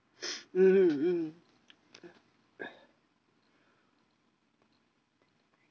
mmhmm mmhmm